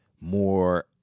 more